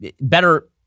better